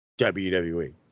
WWE